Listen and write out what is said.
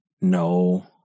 No